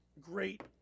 Great